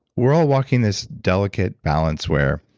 we're all walking this delicate balance where,